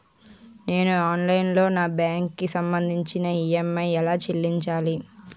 నేను ఆన్లైన్ లో నా లోన్ కి సంభందించి ఈ.ఎం.ఐ ఎలా చెల్లించాలి?